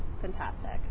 fantastic